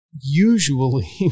usually